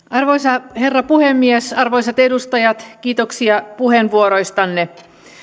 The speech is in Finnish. arvoisa herra puhemies arvoisat edustajat kiitoksia puheenvuoroistanne